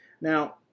Now